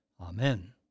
Amen